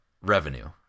revenue